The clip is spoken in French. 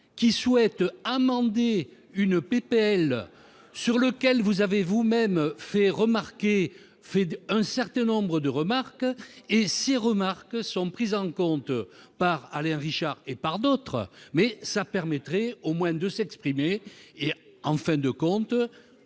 qui souhaitent amender une PPL sur lequel vous avez vous-même fait remarquer, fait d'un certain nombre de remarques et si remarque sont prises en compte par Alain Richard et par d'autres mais ça permettrait au moins de s'exprimer et en fin de compte,